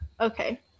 Okay